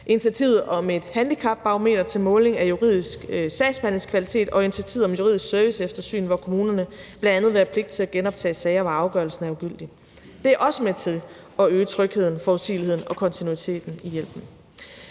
var, initiativet om et handicapbarometer til måling af juridisk sagsbehandlingskvalitet og initiativet om et juridisk serviceeftersyn, hvor kommunerne bl.a. vil have pligt til at genoptage sager, hvor afgørelsen er ugyldig. Det er også med til at øge trygheden, forudsigeligheden og kontinuiteten i hjælpen.